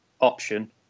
option